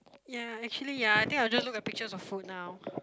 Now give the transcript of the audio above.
ya actually ya I think I will just look at pictures of food now